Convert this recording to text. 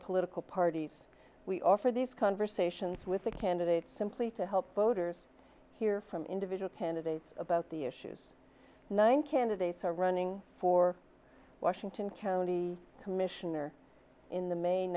political parties we offer these conversations with the candidate simply to help voters hear from individual candidates about the issues nine candidates are running for washington county commissioner in the main